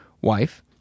wife